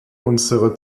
unsere